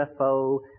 UFO